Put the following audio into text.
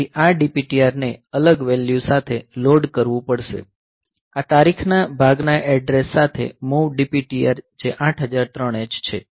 તેથી આ DPTR ને અલગ વેલ્યુ સાથે લોડ કરવું પડશે આ તારીખના ભાગના એડ્રેસ સાથે MOV DPTR જે 8003 H છે